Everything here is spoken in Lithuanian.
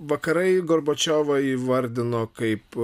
vakarai gorbačiovą įvardino kaip